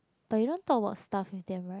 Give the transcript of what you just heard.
but you don't talk about stuff with them right